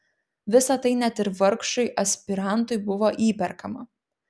visa tai net ir vargšui aspirantui buvo įperkama